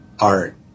art